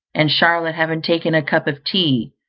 and charlotte having taken a cup of tea,